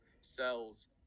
cells